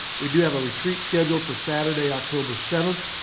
we do have a retreat scheduled for saturday, october seventh,